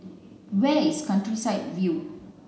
where is Countryside View